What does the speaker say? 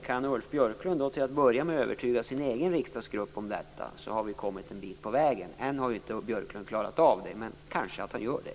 Om Ulf Björklund till att börja med kan övertyga sin egen riksdagsgrupp om detta har vi kommit en bit på vägen. Ännu har inte Ulf Björklund klarat av det. Kanske att han gör det.